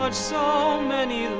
ah so